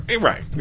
right